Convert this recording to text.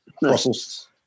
Brussels